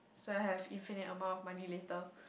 so I have infinite amount of money later